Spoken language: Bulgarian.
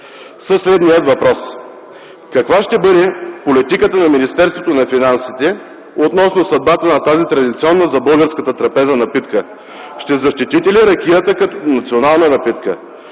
със следния въпрос: каква ще бъде политиката на Министерството на финансите относно съдбата на тази традиционна за българската трапеза напитка? Ще защитите ли ракията като национална напитка?